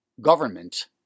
government